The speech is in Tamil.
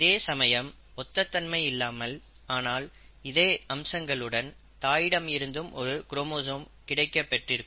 இதேசமயம் ஒத்ததன்மை இல்லாமல் ஆனால் இதே அம்சங்களுடன் தாயிடம் இருந்தும் ஒரு குரோமோசோம் கிடைக்கப் பெற்றிருக்கும்